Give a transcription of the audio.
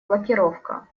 блокировка